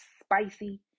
spicy